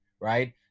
right